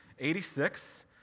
86